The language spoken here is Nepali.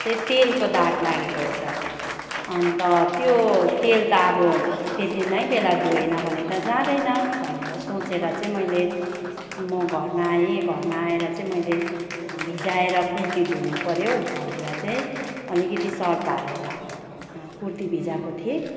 चाहिँ तेलको दाग लागेको रहेछ अन्त त्यो तेल त अब त्यति नै बेला धोएन भने त जाँदैन भनेर सोचेर चाहिँ मैले म घरमा आएँ घरमा आएर चाहिँ मैले भिजाएर कुर्ती धुनु पऱ्यो भनेर चाहिँ अलिकति सर्फ हालेर कुर्ती भिजाएको थिएँ